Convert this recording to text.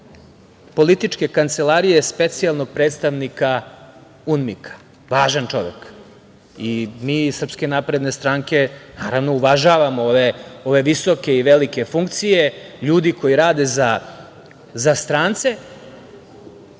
političke kancelarije specijalnog predstavnika UNMIK-a, važan čovek. Mi iz SNS, naravno, uvažavamo ove visoke i velike funkcije ljudi koji rade za strance,